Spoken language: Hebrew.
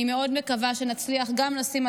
אני מאוד מקווה שנצליח גם לשים על